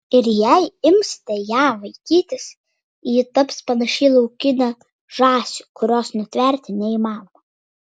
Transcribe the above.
ir jei imsite ją vaikytis ji taps panaši į laukinę žąsį kurios nutverti neįmanoma